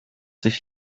sich